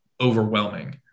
overwhelming